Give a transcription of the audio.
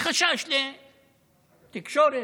מחשש לתקשורת,